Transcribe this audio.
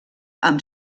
amb